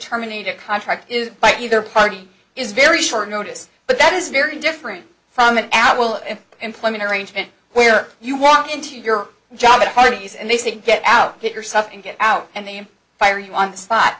terminate a contract is by either party is very short notice but that is very different from an apple an employment arrangement where you walk into your job at parties and they say get out get your stuff and get out and they fire you on the spot